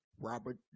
Robert